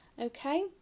okay